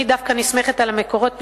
אני דווקא נסמכת על המקורות,